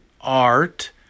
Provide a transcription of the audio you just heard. art